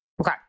Okay